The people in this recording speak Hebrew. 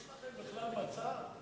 יש לכם בכלל מצע?